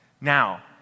Now